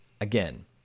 Again